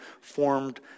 formed